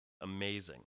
amazing